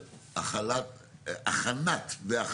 החוק חל.